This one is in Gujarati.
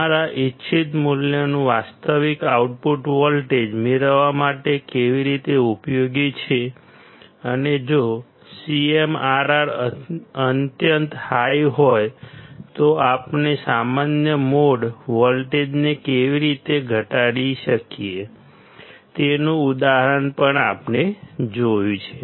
અમારા ઇચ્છિત મૂલ્યનું વાસ્તવિક આઉટપુટ વોલ્ટેજ મેળવવા માટે કેવી રીતે ઉપયોગી છે અને જો CMRR અત્યંત હાઈ હોય તો આપણે સામાન્ય મોડ વોલ્ટેજને કેવી રીતે ઘટાડી શકીએ તેનું ઉદાહરણ પણ આપણે જોયું છે